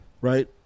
right